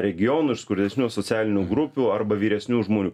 regionų iš skurdesnių asocialinių grupių arba vyresnių žmonių